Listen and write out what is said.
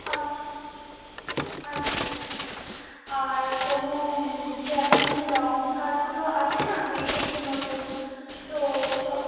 আচ্ছা আচ্ছা আচ্ছা আর কোনো যে এখন যে লং স্কার্টগুলো আছে না বেরিয়েছে নতুন তো ওই সব